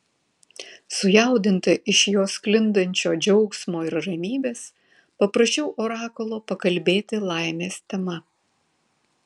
sujaudinta iš jo sklindančio džiaugsmo ir ramybės paprašiau orakulo pakalbėti laimės tema